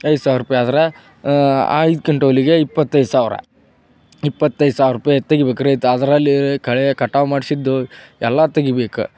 ಐದು ಸಾವಿರ ರೂಪಾಯಿ ಆದ್ರೆ ಐದು ಕ್ವಿಂಟೋಲಿಗೆ ಇಪ್ಪತ್ತೈದು ಸಾವಿರ ಇಪ್ಪತ್ತೈದು ಸಾವಿರ ರೂಪಾಯಿ ತೆಗಿಬೇಕು ರೈತ ಅದರಲ್ಲಿ ಕಳೆ ಕಟಾವು ಮಾಡಿಸಿದ್ದು ಎಲ್ಲ ತೆಗಿಬೇಕು